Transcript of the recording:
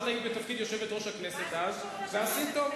אז היית בתפקיד יושבת-ראש הכנסת, ועשית טוב.